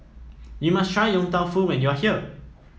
you must try Yong Tau Foo when you are here